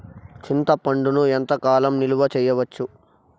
చింతపండును ఎంత కాలం నిలువ చేయవచ్చు?